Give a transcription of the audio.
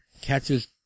catches